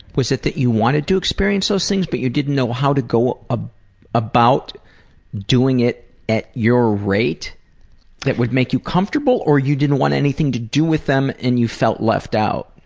was it that you wanted to experience those things but you didn't know how to go ah about doing it at your rate that would make you comfortable? or you didn't want anything to do with them and you felt left out.